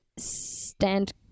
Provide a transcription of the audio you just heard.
Stand